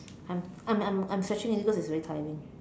I'm I'm I'm I'm stretching already because it's very tiring